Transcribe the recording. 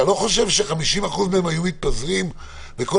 אתה לא חושב ש-50% מהם היו מתפזרים וכל